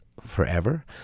forever